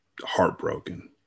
heartbroken